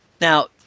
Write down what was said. Now